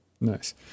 Nice